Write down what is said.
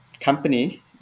company